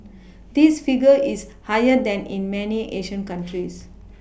this figure is higher than in many Asian countries